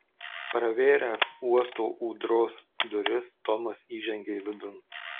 pravėręs uosto ūdros duris tomas įžengė vidun